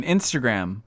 Instagram